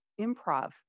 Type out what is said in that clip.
improv